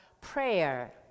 prayer